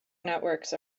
networks